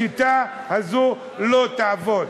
השיטה הזאת לא תעבוד.